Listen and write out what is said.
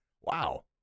Wow